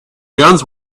guns